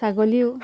ছাগলীও